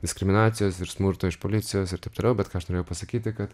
diskriminacijos ir smurto iš policijos ir taip toliau bet ką aš norėjau pasakyti kad